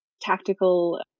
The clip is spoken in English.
tactical